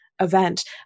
event